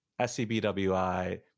SCBWI